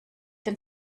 den